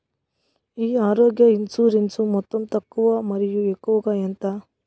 ఈ ఆరోగ్య ఇన్సూరెన్సు మొత్తం తక్కువ మరియు ఎక్కువగా ఎంత?